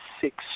six